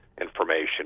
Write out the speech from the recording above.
information